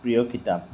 প্ৰিয় কিতাপ